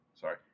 Sorry